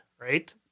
Right